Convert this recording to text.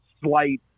slight